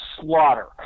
Slaughter